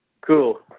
Cool